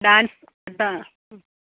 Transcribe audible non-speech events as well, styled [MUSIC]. dance [UNINTELLIGIBLE]